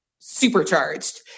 supercharged